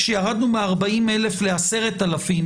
כשירדנו מ-40,000 ל-10,000,